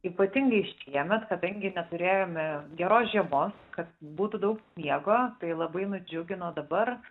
ypatingai šiemet kadangi neturėjome geros žiemos kad būtų daug sniego tai labai nudžiugino dabar